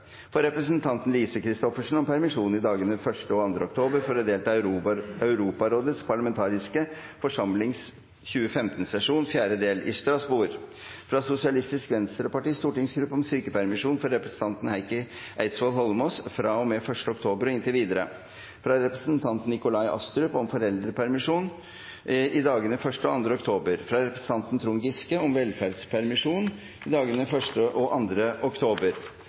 for å delta i sjefskurs ved Forsvarets høgskole – fra representanten Lise Christoffersen om permisjon i dagene 1. og 2. oktober for å delta i Europarådets parlamentariske forsamlings 2015-sesjon, 4. del, i Strasbourg – fra Sosialistisk Venstrepartis stortingsgruppe om sykepermisjon for representanten Heikki Eidsvoll Holmås fra og med 1. oktober og inntil videre – fra representanten Nikolai Astrup om foreldrepermisjon i dagene 1. og 2. oktober